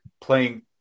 playing